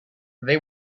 they